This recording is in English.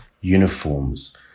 uniforms